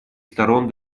сторон